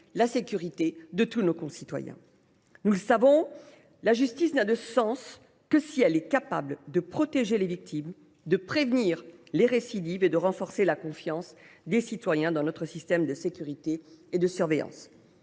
la sécurité de tous nos concitoyens. Nous le savons, la justice n’a de sens que si elle est capable de protéger les victimes, de prévenir les récidives et de renforcer la confiance des citoyens dans notre système de sécurité et de surveillance.